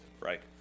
right